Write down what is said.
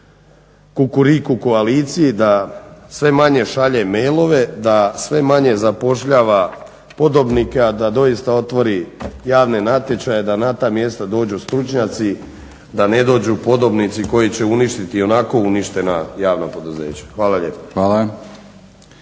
da sve manje šalje mailove da sve manje zapošljava podobnike a da doista otvori javne natječaje da na ta mjesta dođu stručnjaci da ne dođu podobnici koji će uništiti i onako uništena javna poduzeća. Hvala lijepo.